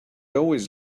always